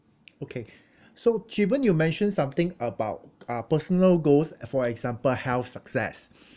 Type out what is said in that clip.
okay so chee boon you mentioned something about uh personal goals for example health success